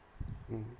mm